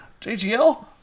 JGL